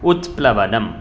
उत्प्लवनम्